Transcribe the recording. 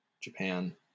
Japan